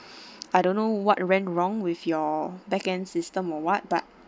I don't know what went wrong with your back end system or what but